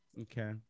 Okay